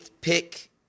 pick